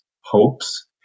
hopes